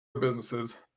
businesses